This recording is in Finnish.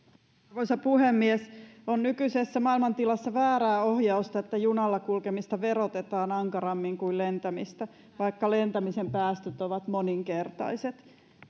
arvoisa puhemies on nykyisessä maailmantilassa väärää ohjausta että junalla kulkemista verotetaan ankarammin kuin lentämistä vaikka lentämisen päästöt ovat moninkertaiset